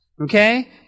okay